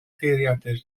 geiriadur